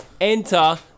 Enter